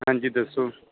ਹਾਂਜੀ ਦੱਸੋ